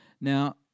Now